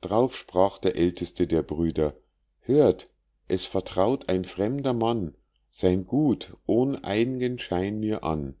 drauf sprach der aelteste der brüder hört es vertraut ein fremder mann sein gut ohn ein'gen schein mir an